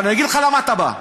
אני אגיד לך למה אתה בא.